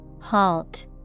Halt